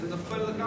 אז זה נופל לגמרי.